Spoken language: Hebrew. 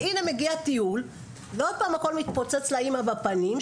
והנה מגיע טיול ועוד פעם הכל מתפוצץ לאמא בפנים,